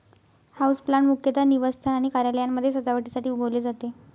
houseplant मुख्यतः निवासस्थान आणि कार्यालयांमध्ये सजावटीसाठी उगवले जाते